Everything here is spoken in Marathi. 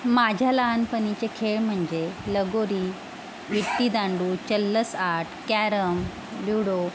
माझ्या लहानपणीचे खेळ म्हणजे लगोरी विटी दांडू चल्लस आट कॅरम ल्युडो